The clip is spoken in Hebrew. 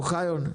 אוחיון,